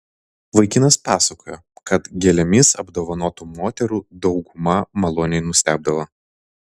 vaikinas pasakojo kad gėlėmis apdovanotų moterų dauguma maloniai nustebdavo